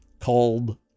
called